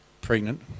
pregnant